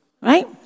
Right